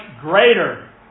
greater